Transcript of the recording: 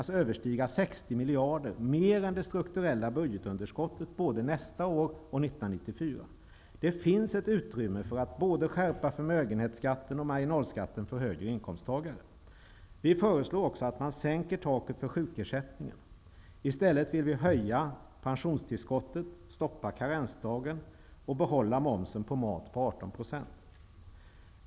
60 miljarder -- mer än det strukturella budgetunderskottet -- både 1993 och 1994. Det finns ett utrymme för att skärpa både förmögenhetsskatten och marginalskatten för högre inkomsttagare. Vi föreslår också att man sänker taket för sjukersättningen. I stället vill vi höja pensionstillskottet, stoppa karensdagen och behålla momsen på mat på 18 %.